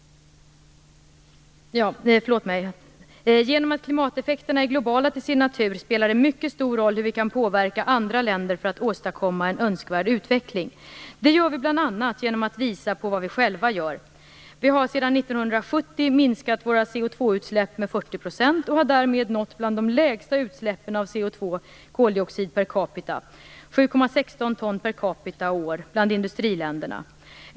Genom att klimateffekterna är globala till sin natur spelar det mycket stor roll hur vi kan påverka andra länder för att åstadkomma en önskvärd utveckling. Det gör vi bl.a. genom att visa på vad vi själva gör. Vi har sedan 1970 minskat våra CO2-utsläpp med 40 % och har därmed nått bland de lägsta utsläppen av koldioxid per capita, 7,16 ton per capita och år, bland industriländerna.